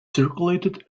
circulated